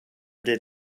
did